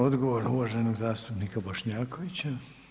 Odgovor uvaženog zastupnika Bošnjakovića.